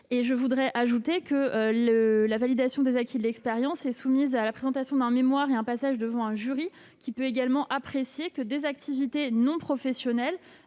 (DGSCGC). J'ajoute que la validation des acquis de l'expérience est soumise à la présentation d'un mémoire et à un passage devant un jury, qui peut également apprécier que des activités non professionnelles,